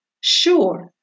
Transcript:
Sure